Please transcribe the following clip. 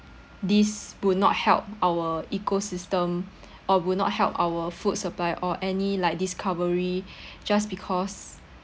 this will not help our ecosystem or will not help our food supply or any like discovery just because